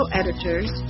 editors